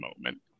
moment